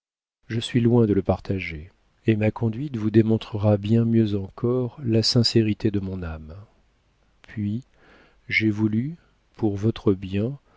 je suis loin de le partager et ma conduite vous démontrera bien mieux encore la sincérité de mon âme puis j'ai voulu pour votre bien